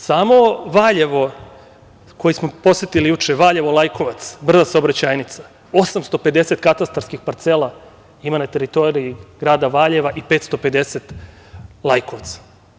Samo Valjevo, koje smo posetili juče, Valjevo-Lajkovac, brza saobraćajnica, 850 katastarskih parcela ima na teritoriji grada Valjeva i 550 Lajkovca.